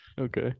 Okay